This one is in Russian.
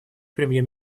премьер